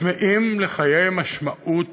צמאים לחיי משמעות,